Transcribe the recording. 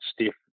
stiff